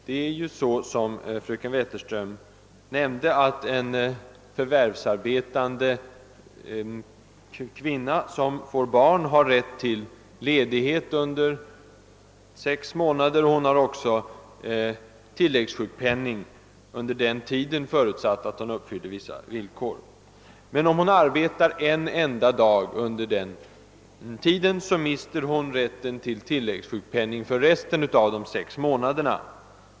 Herr talman! Som fröken Wetterström nämnde har en förvärvsarbetande kvinna som får barn rätt till ledighet under sex månader. Hon har också tilläggssjukpenning under den tiden förutsatt att hon uppfyller vissa villkor. Men om hon arbetar en enda dag under den tiden mister hon rätten till tilläggssjukpenning för resten av de sex månaderna.